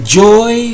joy